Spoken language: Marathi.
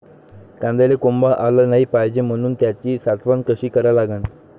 कांद्याले कोंब आलं नाई पायजे म्हनून त्याची साठवन कशी करा लागन?